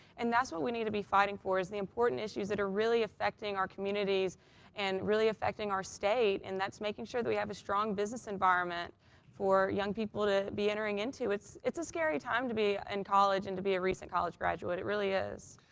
and that's what we need to be fighting for is the important issues that are really effecting our communities and really effecting our state and that's making sure that we have a strong business environment for young people to be entering into. it's it's a scary time to be in college and to be a recent college graduate, it really is.